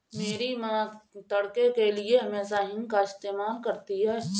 मेरी मां तड़के के लिए हमेशा हींग का इस्तेमाल करती हैं